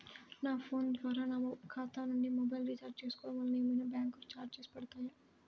నా ఫోన్ ద్వారా నా ఖాతా నుండి మొబైల్ రీఛార్జ్ చేసుకోవటం వలన ఏమైనా బ్యాంకు చార్జెస్ పడతాయా?